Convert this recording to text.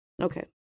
okay